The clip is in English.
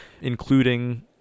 including